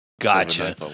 Gotcha